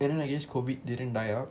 and then I guess COVID didn't die out